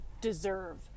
deserve